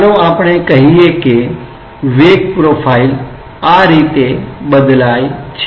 ચાલો આપણે કહીએ કે વેગ પ્રોફાઇલ આ રીતે બદલાય છે